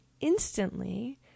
instantly